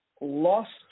lost